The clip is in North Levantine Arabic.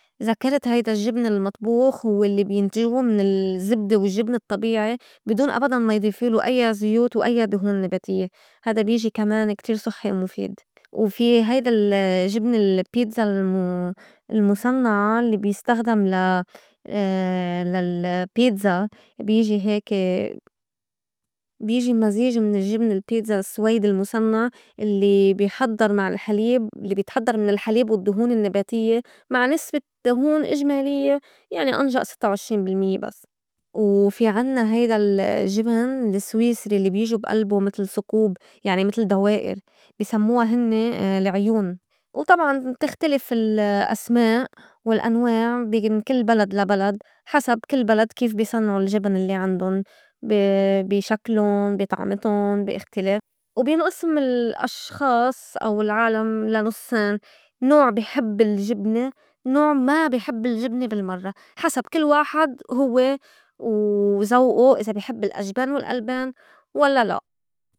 زكرت هيدا الجّبنة المطبوخ والّي بينتجوا من الزّبدة والجبن الطّبيعي بي دون أبداً ما يضيفُ له أيّا زيوت أو أيّا دهون نباتيّة. هيدا بيجي كمان كتير صُحّي ومُفيد، وفي هيدا ال- الجبنة البيتزا ال- المُصنّعة الّي بيستخدم لا لل بيتزا بيجي هيكَ بيجي مزيج من الجبنة البيتزا السويدي المُصنّع الّي بيحضر مع الحليب الّي بيتحضّر من الحليب والدّهون النباتيّة مع نسبة دهون إجماليّة يعني أنجأ ستّة وعشرين بالميّة بس. وفي عنّا هيدا ال جبن السويسري الّي بيجو بي ألبو متل سقوب يعني متل دوائر بي سمّوا هنّي العيون. وطبعاً بتختلف ال- الأسماء والأنواع بي من كل بلد لا بلد حسب كل بلد كيف بي صنعوا الجبن الّي عندُن بي- بي شكلُن، بي طعمتُن، بي اختلاف. وبينقسم الأشْخاص أو العالم لا نُصّين نوع بي حب الجبنة نوع ما بي حب الجبنة بالمرّة حسب كل واحد هوّ و زوقه إذا بي حب الأجبان والألبان ولّا لأ.